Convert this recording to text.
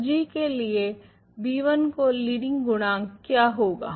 तो g के लिए b1 का लीडिंग गुणांक क्या होगा